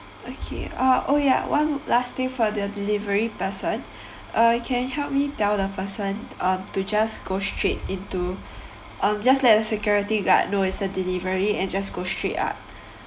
okay uh oh ya one last thing for the delivery person uh can help me tell the person uh to just go straight into um just let the security guard know it's a delivery and just go straight up